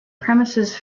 premises